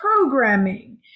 programming